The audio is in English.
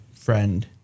friend